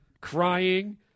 crying